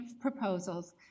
proposals